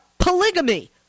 Polygamy